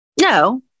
no